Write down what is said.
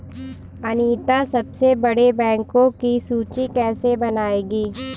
अनीता सबसे बड़े बैंकों की सूची कैसे बनायेगी?